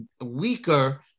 weaker